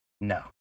No